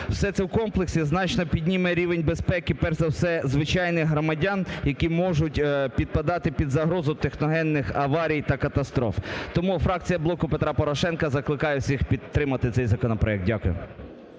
Все це в комплексі значно підніме рівень безпеки, перш за все, звичайних громадян, які можуть підпадати під загрозу техногенних аварій та катастроф. Тому фракція "Блоку Петра Порошенка" закликає всіх підтримати цей законопроект. Дякую.